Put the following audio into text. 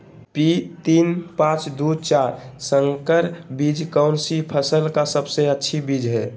P तीन पांच दू चार संकर बीज कौन सी फसल का सबसे अच्छी बीज है?